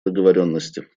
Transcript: договоренности